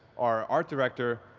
our art director,